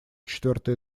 четвертый